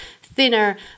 thinner